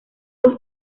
ambos